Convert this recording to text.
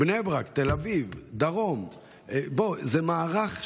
בני ברק, תל אביב, דרום, בוא, זה מערך שלם,